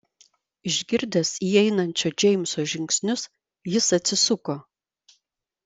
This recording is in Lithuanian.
išgirdęs įeinančio džeimso žingsnius jis atsisuko